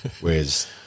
Whereas